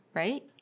right